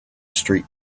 street